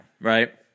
right